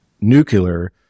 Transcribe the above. nuclear